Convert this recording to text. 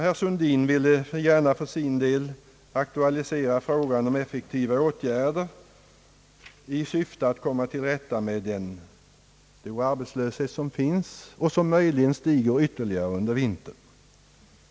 Herr Sundin ville för sin del gärna aktualisera frågan om effektiva åtgärder i syfte att komma till rätta med den stora arbetslösheten, som möjligen stiger ytterligare under vintern.